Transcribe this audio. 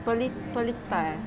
pearli~ pearlista ah